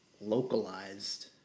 localized